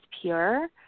pure